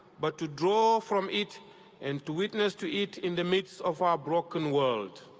but to draw from it and to witness to it in the midst of our broken world.